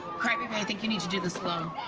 crybaby i think you need to do this alone.